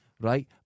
Right